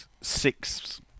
six